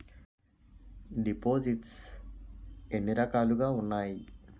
దిపోసిస్ట్స్ ఎన్ని రకాలుగా ఉన్నాయి?